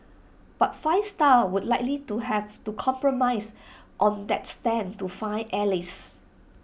but five star would likely to have to compromise on that stand to find allies